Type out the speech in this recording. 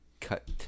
cut